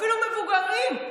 ואפילו מבוגרים,